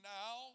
now